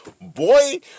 boy